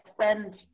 spend